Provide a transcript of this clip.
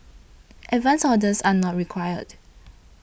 advance orders are not required